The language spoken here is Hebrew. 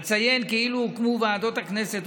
אציין כי אילו הוקמו ועדות הכנסת,